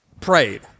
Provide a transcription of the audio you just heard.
prayed